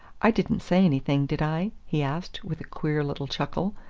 i didn't say anything, did i? he asked with a queer little chuckle.